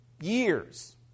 years